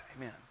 amen